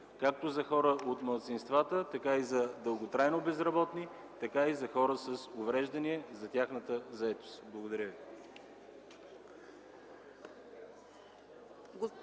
както за хора от малцинствата, така и за хора дълготрайно безработни, така и за хора с увреждания и за тяхната заетост. Благодаря ви.